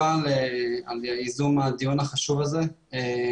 אין לי להוסיף מעבר למה שאמרה רות,